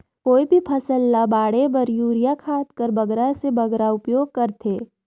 कोई भी फसल ल बाढ़े बर युरिया खाद कर बगरा से बगरा उपयोग कर थें?